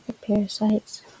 parasites